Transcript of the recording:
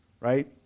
right